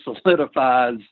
solidifies